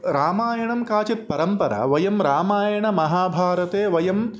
रामायणं काचित् परम्परा वयं रामायणमहाभारते वयं